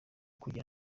kugira